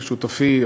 שותפי,